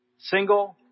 single